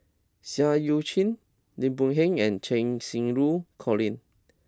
Seah Eu Chin Lim Boon Heng and Cheng Xinru Colin